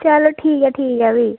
चलो ठीक ऐ ठीक ऐ फ्ही